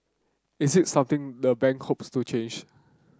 is it something the bank hopes to change